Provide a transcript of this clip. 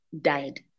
died